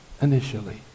initially